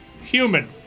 human